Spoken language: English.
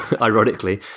ironically